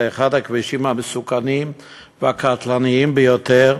זה אחד הכבישים המסוכנים והקטלניים ביותר,